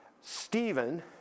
Stephen